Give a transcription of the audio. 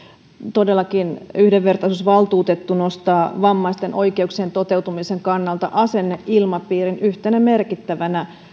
todellakin yhdenvertaisuusvaltuutettu nostaa vammaisten oikeuksien toteutumisen kannalta asenneilmapiirin yhtenä merkittävänä